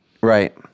Right